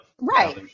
right